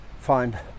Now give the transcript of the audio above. find